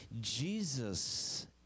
Jesus